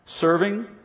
serving